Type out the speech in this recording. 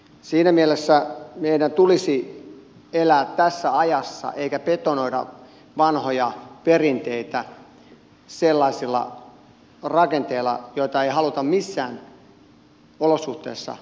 siinä mielessä meidän tulisi elää tässä ajassa eikä betonoida vanhoja perinteitä sellaisilla rakenteilla joita ei haluta missään olosuhteissa muuttaa